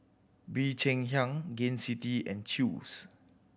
Bee Cheng Hiang Gain City and Chew's